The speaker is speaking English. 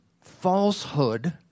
falsehood